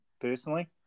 personally